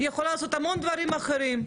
היא יכולה לעשות המון דברים אחרים,